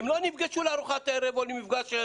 הן לא נפגשו לארוחת ערב או למפגש,